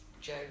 Joe